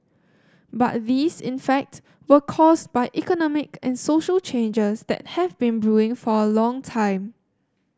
but these in fact were caused by economic and social changes that have been brewing for a long time